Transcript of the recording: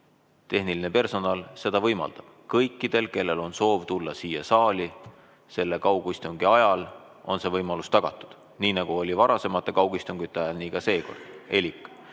tehniline personal seda võimaldab. Kõikidele, kellel on soov tulla kaugistungi ajal siia saali, on see võimalus tagatud – nii nagu oli varasemate kaugistungite ajal, nii ka seekord. Elik